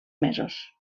mesos